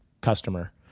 customer